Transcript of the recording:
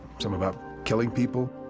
some about killing people.